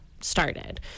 started